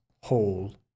whole